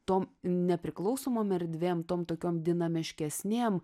tom nepriklausomom erdvėm tom tokiom dinameškesnėm